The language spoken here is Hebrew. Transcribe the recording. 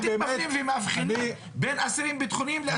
אתם מפלים ומאבחנים בין אסירים ביטחוניים לאסירים פליליים.